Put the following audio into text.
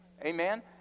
Amen